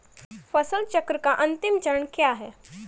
फसल चक्र का अंतिम चरण क्या है?